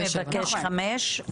אפשר לבקש חמש?